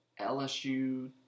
LSU